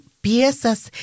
piezas